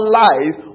life